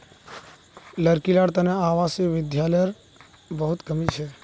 लड़की लार तने आवासीय विद्यालयर बहुत कमी छ